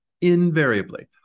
invariably